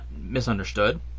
misunderstood